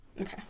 okay